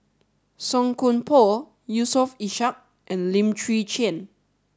Song Koon Poh Yusof Ishak and Lim Chwee Chian